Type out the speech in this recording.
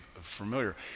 familiar